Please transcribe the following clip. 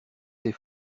ses